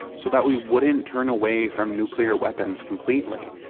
so that we wouldn't turn away from nuclear weapons completely.